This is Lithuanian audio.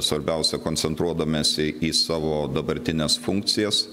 svarbiausia koncentruodamiesi į savo dabartines funkcijas